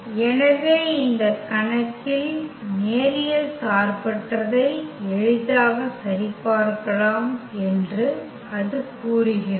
எனவே இந்த கணக்கில் நேரியல் சார்பற்றதை எளிதாக சரிபார்க்கலாம் என்று அது கூறுகிறது